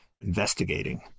investigating